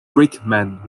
brickman